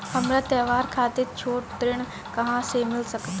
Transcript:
हमरा त्योहार खातिर छोट ऋण कहाँ से मिल सकता?